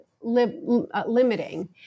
limiting